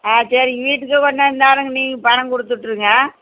ஆ சரி வீட்டுக்கே கொண்டாந்து தரேங்க நீங்கள் பணம் கொடுத்துட்ருங்க